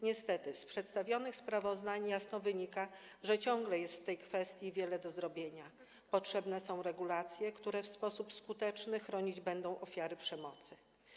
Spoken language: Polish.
Niestety, z przedstawionych sprawozdań jasno wynika, że ciągle jest w tej kwestii wiele do zrobienia, potrzebne są regulacje, które w sposób skuteczny chronić będą ofiary przemocy.